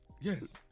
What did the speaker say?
Yes